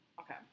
okay